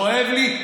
כואב לי.